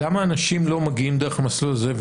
למה אנשים לא מגיעים דרך המסלול הזה?